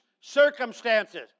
circumstances